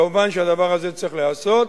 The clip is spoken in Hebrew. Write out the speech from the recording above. כמובן, הדבר הזה צריך להיעשות,